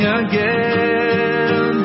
again